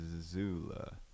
Zula